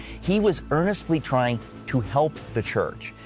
he was earnestly trying to help the church,